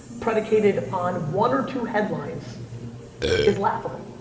predicated on one or two headlines is laughable.